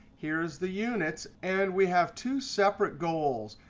here's the units. and we have two separate goals.